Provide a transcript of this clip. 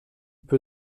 peu